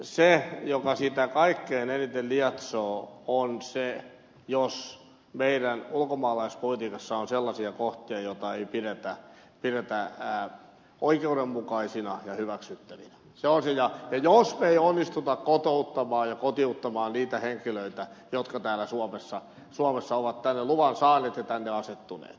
se mikä sitä kaikkein eniten lietsoo on se jos meidän ulkomaalaispolitiikassamme on sellaisia kohtia joita ei pidetä oikeudenmukaisina ja hyväksyttävinä ja jos me emme onnistu kotouttamaan ja kotiuttamaan niitä henkilöitä jotka täällä suomessa ovat luvan saaneet ja tänne asettuneet